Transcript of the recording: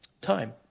time